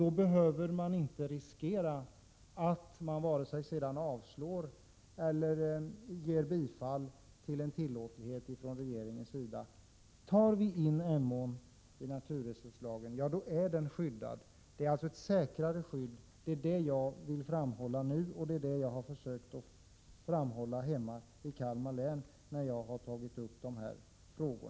Då behöver man inte riskera att regeringen avslår eller bifaller en begäran om utbyggnad. Om vi tar in Emån i naturresurslagen, är den skyddad. Det ger alltså ett säkrare skydd. Det är detta jag vill framhålla nu och som jag har försökt att framhålla hemma i Kalmar län, när jag har tagit upp dessa frågor.